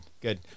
good